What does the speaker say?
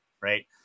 right